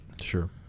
Sure